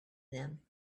them